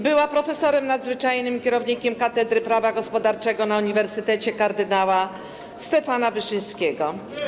Była profesorem nadzwyczajnym i kierownikiem Katedry Prawa Gospodarczego na Uniwersytecie Kardynała Stefana Wyszyńskiego.